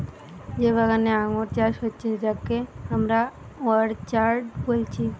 যে বাগানে আঙ্গুর চাষ হচ্ছে যাকে আমরা অর্চার্ড বলছি